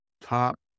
top